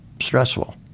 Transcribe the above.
stressful